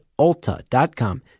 ulta.com